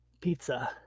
Pizza